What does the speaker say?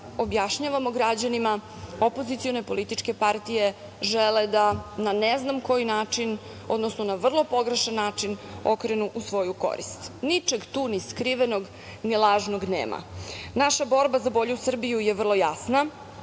objašnjavamo građanima, opozicione političke partije žele da na ne znam koji način, odnosno na vrlo pogrešan način okrenu u svoju korist. Ničeg tu ni skrivenog ni lažnog nema. Naša borba za bolju Srbiju je vrlo jasna,